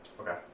okay